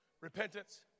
repentance